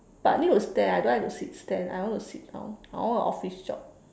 but need to stand I don't like to sit stand I want to sit down I want a office job